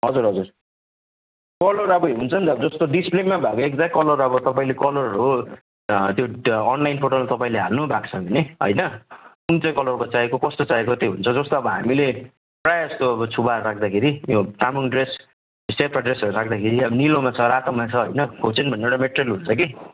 हजुर हजुर कलर अब हुन्छन् त जस्तो डिस्प्लेमा भएको एक्जेक्ट कलर अब तपाईँले कलरहरूको त्यो अनलाइन प्रडक्ट तपाईँले हाल्नुभएको छ भने होइन कुन चाहिँ कलरको चाहिएको कस्तो चाहिएको त्यो हुन्छ जस्तो अब हामीले प्रायःजस्तो अब छुबा राख्दाखेरि त्यो तामाङ ड्रेस सेर्पा ड्रेसहरू राख्दाखेरि अब निलोमा छ रातोमा छ होइन खुचेन भन्ने एउटा मेटेरियल हुन्छ कि